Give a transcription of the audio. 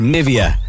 Nivea